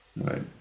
Right